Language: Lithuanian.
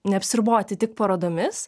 neapsiriboti tik parodomis